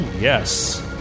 yes